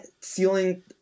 ceiling